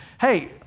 Hey